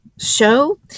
show